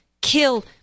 kill